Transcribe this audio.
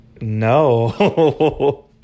no